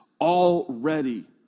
Already